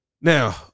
Now